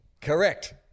correct